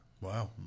Wow